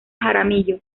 jaramillo